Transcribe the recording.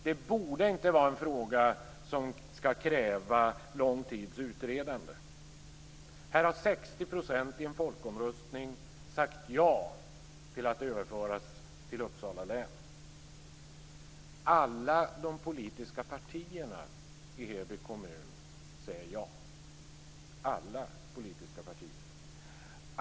Det borde inte vara en fråga som kräver lång tids utredande. Här har 60 % i en folkomröstning sagt ja till att överföras till Uppsala län. Alla politiska partier i Heby kommun säger ja.